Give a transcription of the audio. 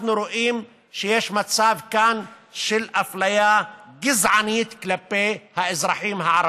אנחנו רואים שיש כאן מצב של אפליה גזענית כלפי האזרחים הערבים.